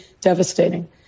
devastating